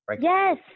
yes